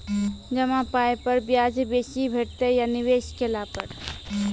जमा पाय पर ब्याज बेसी भेटतै या निवेश केला पर?